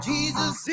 Jesus